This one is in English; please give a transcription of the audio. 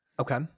okay